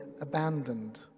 abandoned